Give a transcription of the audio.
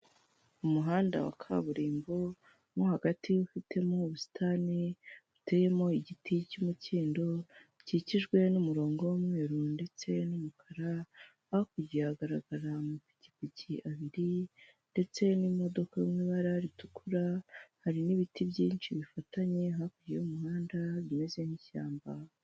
Umuhanda wa kaburimbo mo hagati ufitemo ubusitani buteyemo igiti cy'umukindo gikikijwe n'umurongo w'umweru ndetse n'umukara, hakurya hagaragara amapikipiki abiri ndetse n'imodoka mw’ibara ritukura, hari n'ibiti byinshi bifatanye hakurya y'umuhanda bimeze nk'ishyamba.